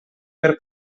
per